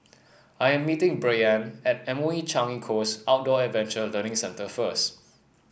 I am meeting Brianne at M O E Changi Coast Outdoor Adventure Learning Centre first